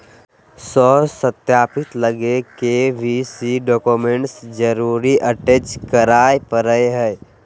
स्व सत्यापित लगी के.वाई.सी डॉक्यूमेंट जरुर अटेच कराय परा हइ